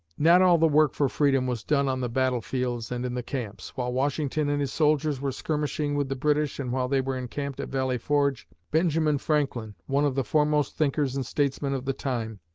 not all the work for freedom was done on the battle-fields and in the camps. while washington and his soldiers were skirmishing with the british and while they were encamped at valley forge, benjamin franklin, one of the foremost thinkers and statesmen of the time,